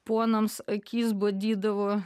ponams akis badydavo